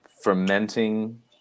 Fermenting